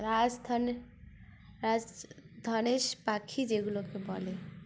রাজ ধনে রাজ ধনেশ পাখি যেগুলোকে বলে